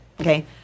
okay